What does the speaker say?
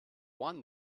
won